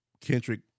Kendrick